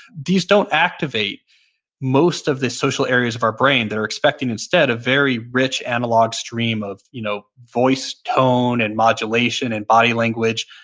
these don't activate most of the social areas of our brain. they're expecting instead a very rich analog stream of you know voice tone and modulation and body language,